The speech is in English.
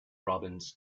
robins